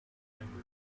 remember